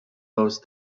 those